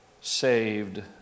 saved